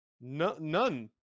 None